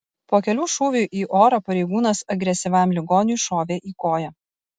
po kelių šūvių į orą pareigūnas agresyviam ligoniui šovė į koją